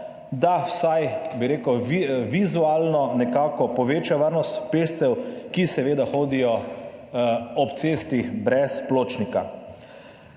da vsaj vizualno nekako poveča varnost pešcev, ki seveda hodijo ob cesti brez pločnika.